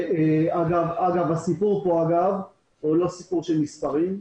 אגב, הסיפור פה הוא לא של מספרים.